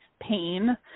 pain